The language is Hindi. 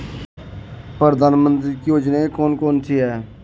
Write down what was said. प्रधानमंत्री की योजनाएं कौन कौन सी हैं?